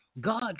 God